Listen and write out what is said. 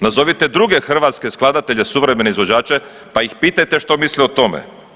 Nazovite druge hrvatske skladatelje suvremene izvođače pa ih pitajte što misle o tome.